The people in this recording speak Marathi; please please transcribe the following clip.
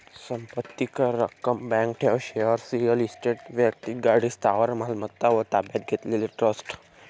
संपत्ती कर, रक्कम, बँक ठेव, शेअर्स, रिअल इस्टेट, वैक्तिक गाडी, स्थावर मालमत्ता व ताब्यात घेतलेले ट्रस्ट